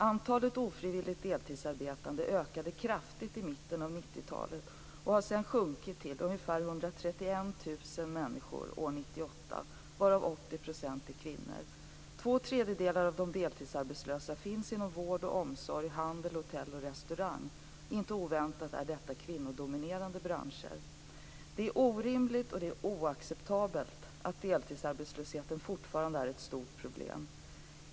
Antalet ofrivilligt deltidsarbetande ökade kraftigt i mitten av 90-talet och har sedan sjunkit till ungefär 131 000 människor år 1998, varav 80 % är kvinnor. Två tredjedelar av de deltidsarbetslösa finns inom vård och omsorg, handel, hotell och restaurang. Inte oväntat är detta kvinnodominerade branscher. Det är orimligt och oacceptabelt att deltidsarbetslösheten fortfarande är ett stort problem.